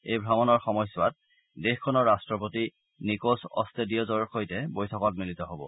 এই ভ্ৰমণৰ সময়ছোৱাত দেশখনৰ ৰট্টপতি নিক'ছ অট্টেডিয়েজৰ সৈতে বৈঠকত মিলিত হ'ব